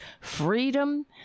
freedom